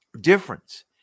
difference